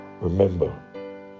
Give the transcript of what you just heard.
Remember